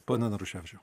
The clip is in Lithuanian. pone naruševičiau